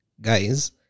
guys